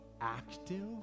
active